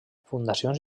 fundacions